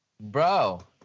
Bro